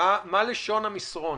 לשון המסרון?